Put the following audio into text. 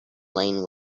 lane